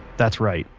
that's right,